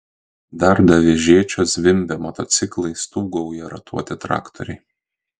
darda vežėčios zvimbia motociklai stūgauja ratuoti traktoriai